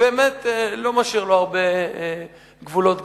שבאמת לא משאיר לו הרבה גבולות גזרה.